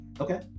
Okay